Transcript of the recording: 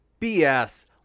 BS